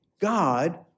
God